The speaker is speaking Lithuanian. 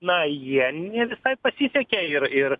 na jie ne visai pasisekė ir ir